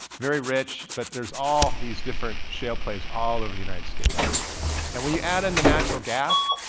very rich. but there's all these different shale plays all over the united states and when you add in the natural gas,